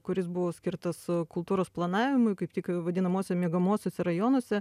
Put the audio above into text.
kuris buvo skirtas kultūros planavimui kaip tik vadinamuose miegamuosiuose rajonuose